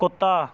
ਕੁੱਤਾ